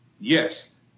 yes